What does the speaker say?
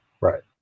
Right